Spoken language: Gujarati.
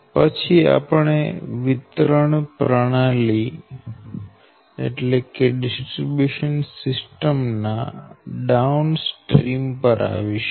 પછી આપણે વિતરણ પ્રણાલી ના ડાઉનસ્ટ્રીમ પર આવીશું